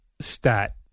stat